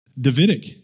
Davidic